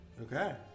Okay